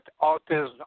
autism